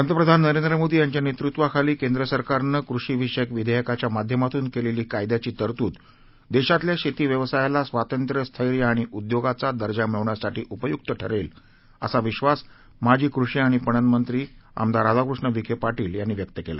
पंतप्रधान नरेंद्र मोदी यांच्या नेतृत्वाखाली केंद्र सरकारनं कृषी विषयक विधेयकांच्या माध्यमातून केलेली कायद्याची तरतूद देशातल्या शेती व्यवसायाला स्वातंत्र्य स्थैर्य आणि उद्योगाचा दर्जा मिळण्यासाठी उपयुक ठरेल असा विश्वास माजी कृषी आणि पणन मंत्री आमदार राधाकृष्ण विखे पाटील यांनी व्यक्त केला